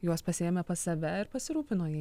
juos pasiėmė pas save ir pasirūpino jai